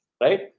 right